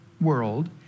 world